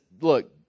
look